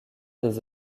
des